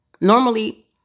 Normally